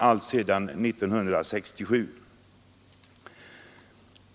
alltsedan 1967.